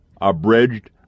abridged